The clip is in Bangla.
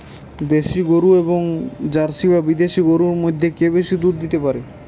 দেশী গরু এবং জার্সি বা বিদেশি গরু মধ্যে কে বেশি দুধ দিতে পারে?